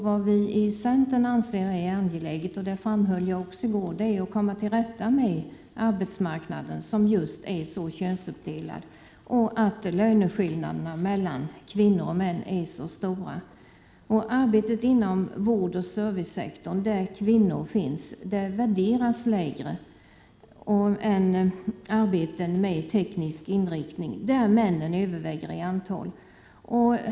Vad vii centern anser vara angeläget — det framhöll jag också i går — är att komma till rätta med arbetsmarknaden, som är så könsuppdelad och där löneskillnaderna är så stora mellan kvinnor och män. Arbetet inom vårdoch servicesektorn, där kvinnor dominerar, värderas lägre än arbete med teknisk inriktning, där männen överväger i antal.